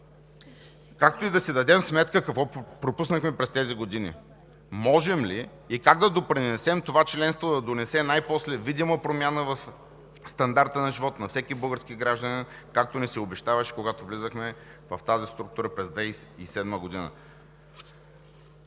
както и да си дадем сметка какво пропуснахме през тези години, можем ли и как да допринесем това членство да донесе най-после видима промяна в стандарта на живот на всеки български гражданин, както ни се обещаваше, когато влизахме в тази структура през 2007 г.